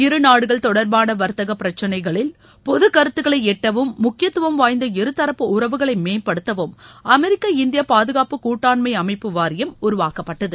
இரு நாடுகள் தொடர்பாள வர்த்தக பிரச்சனைகளில் பொதுகருத்துகளை எட்டவும் முக்கியத்துவம் வாய்ந்த இருதரப்பு உறவுகளை மேம்படுத்தவும் அமெரிக்கா இந்தியா பாதுகாப்பு கூட்டாண்மை அமைப்பு வாரியம் உருவாக்கப்பட்டது